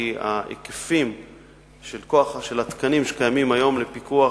כי ההיקפים של התקנים שקיימים היום לפיקוח